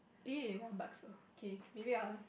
ee bakso K maybe I will